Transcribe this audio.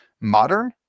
modern